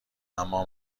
اما